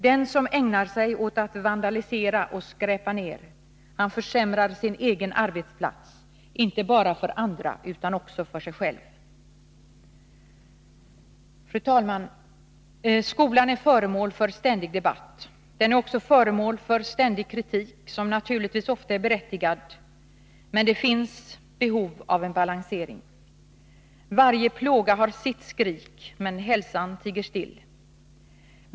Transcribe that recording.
Den som ägnar sig åt att vandalisera och skräpa ner, han försämrar arbetsplatsen inte bara för sig själv, utan också för andra. Fru talman! Skolan är föremål för ständig debatt. Den är också föremål för ständig kritik, som naturligtvis ofta är berättigad, men det finns behov av en balansering. Varje plåga har sitt skri, men hälsan tiger still.